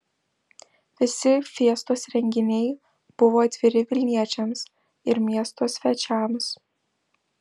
visi fiestos renginiai buvo atviri vilniečiams ir miesto svečiams